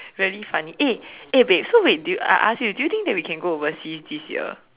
really funny eh eh babe so wait do you I ask you do you think we can go overseas this year